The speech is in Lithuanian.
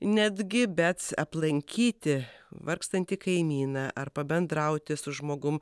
netgi bet aplankyti vargstantį kaimyną ar pabendrauti su žmogum